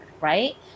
right